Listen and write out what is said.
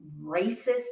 racist